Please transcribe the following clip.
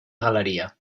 galeria